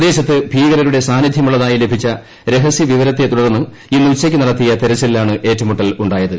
പ്രദേശത്ത് ഭീകരരുടെ സാന്നിധ്യമുള്ളതായി ലഭിച്ച രഹസ്യവിവരത്തെ തുടർന്ന് ഇന്നുച്ചയ്ക്ക് നടത്തിയ തെരച്ചിലിലാണ് ഏറ്റുമുട്ടലുണ്ടായത്